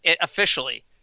officially